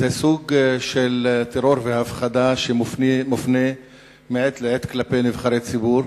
זה סוג של טרור והפחדה שמופנים מעת לעת כלפי נבחרי ציבור.